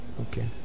Okay